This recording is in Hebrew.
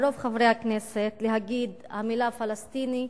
על רוב חברי הכנסת להגיד את המלה "פלסטיני",